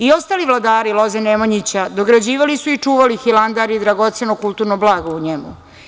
I ostali vladari loze Nemanjića dograđivali su i čuvali Hilandar i dragoceno kulturno blago u njemu.